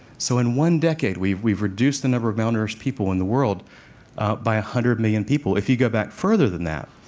so in one decade we've we've reduced the number of malnourished people in the world by one hundred million people. if you go back further than that,